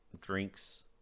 drinks